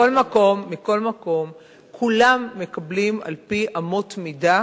מכל מקום, כולם מקבלים על-פי אמות מידה,